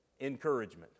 encouragement